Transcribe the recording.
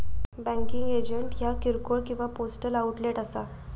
banking agent ह्या किरकोळ किंवा पोस्टल आउटलेट असा